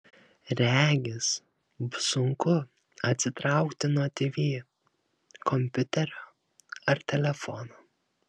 regis bus sunku atsitraukti nuo tv kompiuterio ar telefono